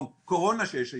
הקורונה שיש היום.